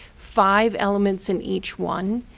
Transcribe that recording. five elements in each one.